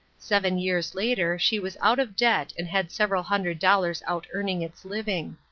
seven years later she was out of debt and had several hundred dollars out earning its living.